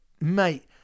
mate